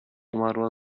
umarła